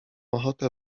ochotę